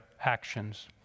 actions